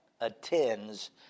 attends